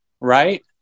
right